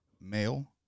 male